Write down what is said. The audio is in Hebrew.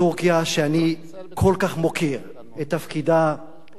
שאני כל כך מוקיר את תפקידה ההיסטורי,